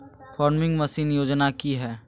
Farming machine योजना कि हैय?